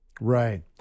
Right